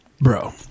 bro